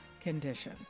condition